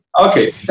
Okay